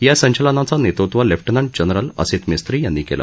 या संचलनाचं नेतृत्व लेफ ऊँ जनरल असित मिस्ती यांनी केलं